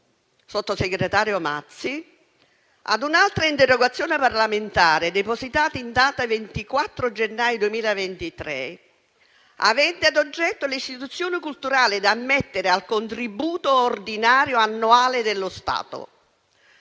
sottosegretario Mazzi, con riferimento all'interrogazione parlamentare 4-00160, depositata in data 24 gennaio 2023, avente ad oggetto le istituzioni culturali da ammettere al contributo ordinario annuale dello Stato.